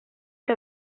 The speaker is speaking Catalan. que